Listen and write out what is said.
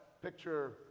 picture